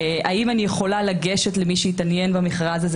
האם אני יכולה לגשת למי שהתעניין במכרז הזה